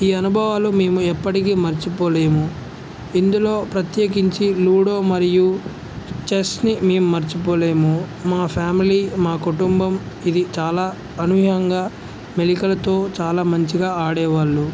ఈ అనుభవాలు మేము ఎప్పటికీ మర్చిపోలేము ఇందులో ప్రత్యేకించి లూడో మరియు చెస్ని మేము మర్చిపోలేము మా ఫ్యామిలీ మా కుటుంబం ఇది చాలా అనూహ్యంగా మెలికలతో చాలా మంచిగా ఆడేవాళ్ళు